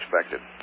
expected